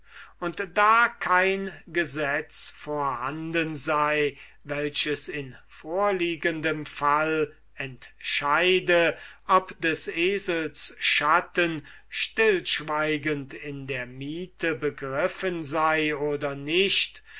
und da kein gesetz vorhanden sei welches in vorliegendem fall entscheide ob des esels schatten stillschweigend in der miete begriffen sei oder nicht